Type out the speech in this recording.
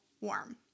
warm